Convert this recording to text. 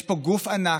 יש פה גוף ענק,